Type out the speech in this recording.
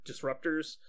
disruptors